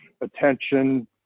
attention